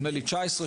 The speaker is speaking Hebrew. נדמה לי 19 שנים.